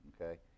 okay